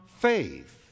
faith